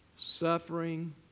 Suffering